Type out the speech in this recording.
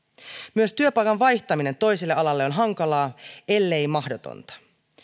myös työpaikan vaihtaminen toiselle alalle on hankalaa ellei mahdotonta